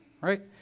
Right